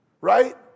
right